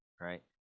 right